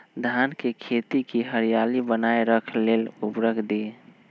धान के खेती की हरियाली बनाय रख लेल उवर्रक दी?